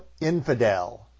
Infidel